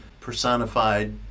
personified